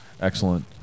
Excellent